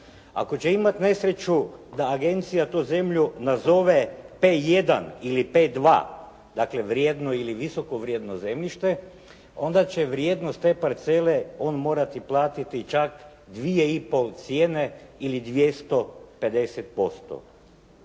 Ako će imati nesreću da agencija to zemlju nazove P1 iliP2, dakle vrijednu ili visokovrijedno zemljište, onda će vrijednost te parcele on morati platiti čak dvije i pol cijene ili 250%.